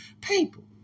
people